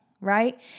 Right